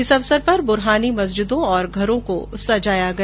इस अवसर पर बुरहानी मस्जिदों और घरों को सजाया गया